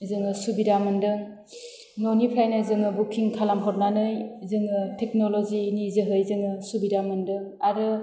जोङो सुबिदा मोनदों न'निफ्राइनो जोङो बुकिं खालाम हरनानै जोङो टेक्नल'जिनि जोहै जोङो सुबिदा मोनादों आरो